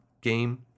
game